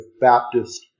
Baptist